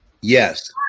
Yes